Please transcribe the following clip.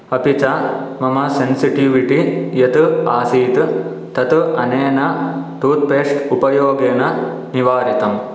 अपि व मम सेन्सिटिविटि यत् आसीत् तत् अनेन टूत्पेस्ट् उपयोगेन निवारितम्